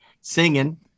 singing